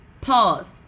pause